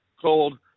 called